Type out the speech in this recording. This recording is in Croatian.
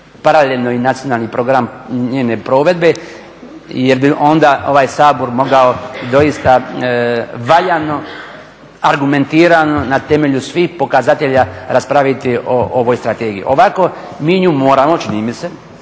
paralelno i nacionalni program njene provedbe jer bi onda ovaj Sabor mogao doista valjano, argumentirano na temelju svih pokazatelja raspraviti o ovoj strategiji. Ovako mi nju moramo, čini mi se,